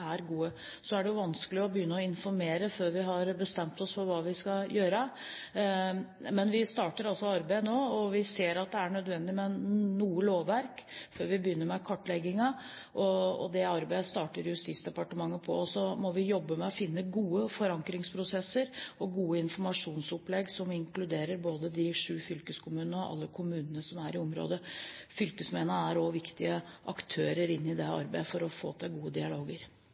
er gode. Så er det jo vanskelig å begynne å informere før vi har bestemt oss for hva vi skal gjøre. Men vi starter altså arbeidet nå, og vi ser at det er nødvendig med noe lovverk før vi begynner med kartleggingen. Det arbeidet starter Justisdepartementet på. Så må vi jobbe med å finne gode forankringsprosesser og gode informasjonsopplegg som inkluderer både de sju fylkeskommunene og alle kommunene som er i området. Fylkesmennene er også viktige aktører i arbeidet for å få til gode dialoger.